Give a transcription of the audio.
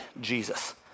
Jesus